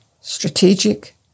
strategic